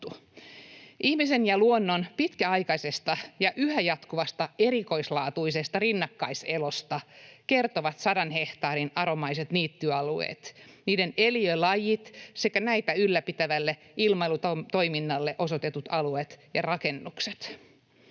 Ihmisen ja luonnon pitkäaikaisesta ja yhä jatkuvasta erikoislaatuisesta rinnakkaiselosta kertovat 100 hehtaarin aromaiset niittyalueet, niiden eliölajit sekä näitä ylläpitävälle ilmailutoiminnalle osoitetut alueet ja rakennukset.